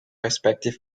respective